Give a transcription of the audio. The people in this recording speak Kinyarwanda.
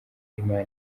imana